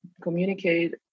communicate